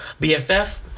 BFF